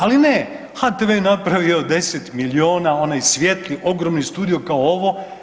Ali ne, HTV je napravio 10 milijuna, onaj svijetli, ogromni studio kao ovo.